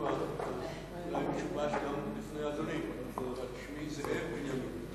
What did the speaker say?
אולי גם שובש בפני אדוני, אבל שמי זאב בנימין.